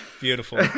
Beautiful